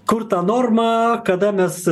kur ta norma kada mes